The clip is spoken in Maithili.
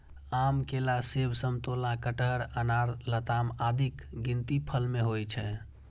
आम, केला, सेब, समतोला, कटहर, अनार, लताम आदिक गिनती फल मे होइ छै